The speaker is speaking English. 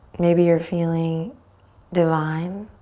maybe you're feeling divine.